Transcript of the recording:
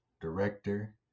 director